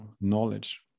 knowledge